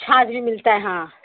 छाछ भी मिलता है हाँ